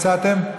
הצעתם?